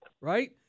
right